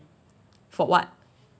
for what